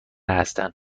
هستن